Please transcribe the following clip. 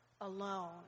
alone